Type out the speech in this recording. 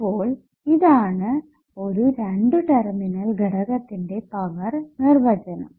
അപ്പോൾ ഇതാണ് ഒരു രണ്ട് ടെർമിനൽ ഘടകത്തിന്റെ പവർ നിർവചനം